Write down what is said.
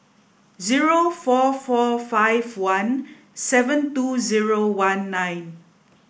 zero four four five one seven two zero one nine